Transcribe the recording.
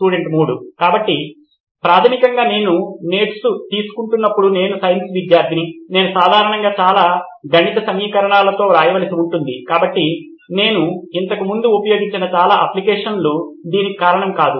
student 3 కాబట్టి ప్రాథమికంగా నేను నోట్స్ తీసుకుంటున్నప్పుడు నేను సైన్స్ విద్యార్థిని నేను సాధారణంగా చాలా గణిత సమీకరణాలలో వ్రాయవలసి ఉంటుంది కాబట్టి నేను ఇంతకు ముందు ఉపయోగించిన చాలా అప్లికషన్ లు దీనికి కారణం కాదు